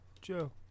Joe